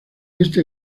este